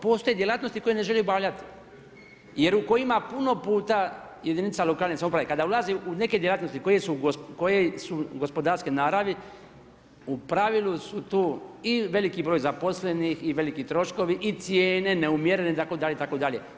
Postoji djelatnosti koje ne želi obavljati, jer u kojima puno puta jedinica lokalne samouprave kada vlasnik u neke djelatnosti koje su gospodarske naravi u pravilu su tu i veliki broj zaposlenih i veliki troškovi i cijene neumjerene itd., itd.